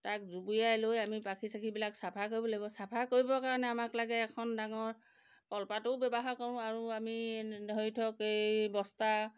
তাক জুবুৰিয়াই লৈ আমি পাখি চাখিবিলাক চাফা কৰিব লাগিব চাফা কৰিবৰ কাৰণে আমাক লাগে এখন ডাঙৰ কলপাতো ব্যৱহাৰ কৰোঁ আৰু আমি ধৰি থওক এই বস্তা